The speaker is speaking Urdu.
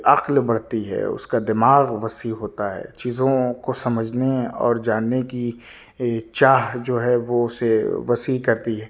عقل بڑھتی ہے اس کا دماغ وسیع ہوتا ہے چیزوں کو سمجھنے اور جاننے کی چاہ جو ہے وہ اسے وسیع کرتی ہے